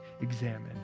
examine